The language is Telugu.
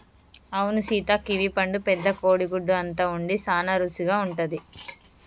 అవును సీత కివీ పండు పెద్ద కోడి గుడ్డు అంత ఉండి సాన రుసిగా ఉంటది